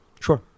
Sure